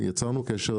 יצרנו קשר.